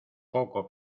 poco